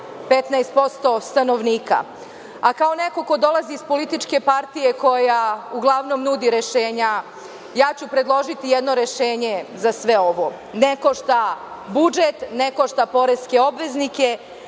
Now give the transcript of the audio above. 15% stanovnika, a kao neko ko dolazi iz političke partije koja uglavnom nudi rešenja, predložiću jedno rešenje za sve, ne košta budžet, ne koša poreske obveznike,